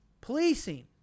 policing